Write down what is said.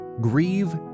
Grieve